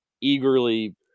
eagerly –